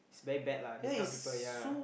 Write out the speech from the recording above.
it's very bad lah this kind of people yea